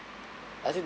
I think